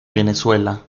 venezuela